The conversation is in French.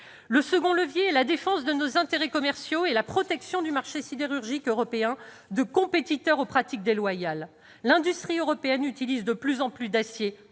Le second levier est la défense de nos intérêts commerciaux et la protection du marché sidérurgique européen contre des compétiteurs aux pratiques déloyales. L'industrie européenne utilise de plus en plus d'acier